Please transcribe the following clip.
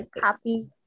Happy